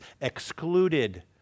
excluded